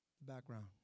background